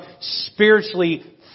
spiritually